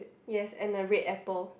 yes and a red apple